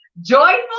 Joyful